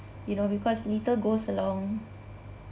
you know because little goes a long